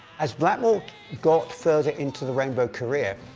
as blackmore got further into the rainbow career,